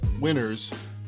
winners